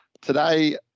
Today